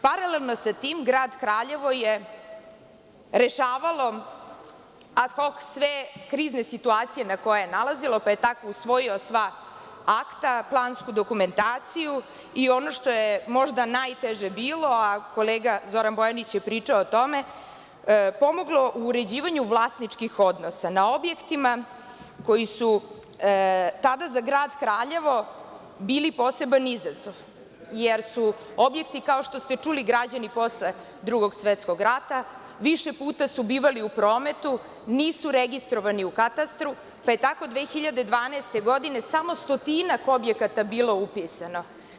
Paralelno sa tim, grad Kraljevo je rešavao ad hok sve krizne situacije na koje je nailazilo, pa je tako usvojio sva akta, plansku dokumentaciju i ono što je možda najteže bilo, a kolega Zoran Bojanić je pričao o tome, pomoglo u uređivanju vlasničkih odnosa na objektima koji su tada za grad Kraljevo bili poseban izazov, jer su objekti, kao što ste čuli, građeni posle Drugog svetskog rata, više puta su bivali u prometu, nisu registrovani u katastru, pa je tako 2012. godine samo stotinak objekata bilo upisano.